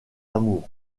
amour